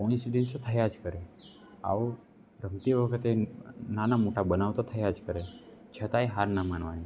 કો ઈન્સિડન્સ તો થયા જ કરે આવો રમતી વખતે નાના મોટા બનાવ તો થયા જ કરે છે છતાય હાર ના માનવાની